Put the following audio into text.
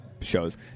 shows